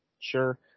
Sure